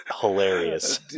hilarious